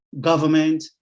government